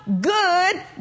good